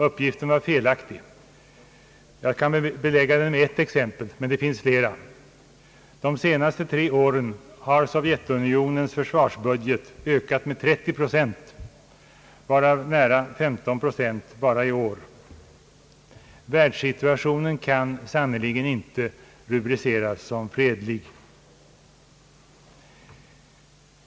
Uppgiften var felaktig. Jag kan belägga den med ett exempel: de senaste tre åren har Sovjetunionens försvarsbudget ökats med 30 procent, varav nära 15 procent bara i år. Världssituationen kan sannerligen inte rubriceras som fredlig.